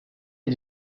est